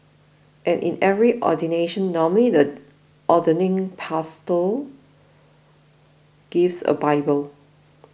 and in every ordination normally the ordaining pastor gives a bible